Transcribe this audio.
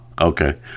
Okay